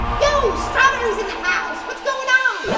yo, strawberries in the house. what's goin' um